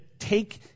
Take